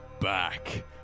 back